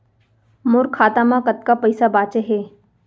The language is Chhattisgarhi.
मोर खाता मा कतका पइसा बांचे हे?